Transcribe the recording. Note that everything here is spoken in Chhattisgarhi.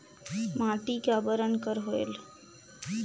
माटी का बरन कर होयल?